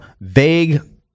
vague